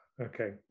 Okay